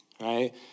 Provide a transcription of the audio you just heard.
right